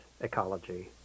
ecology